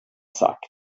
sagt